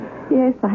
Yes